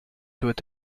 doit